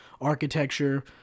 architecture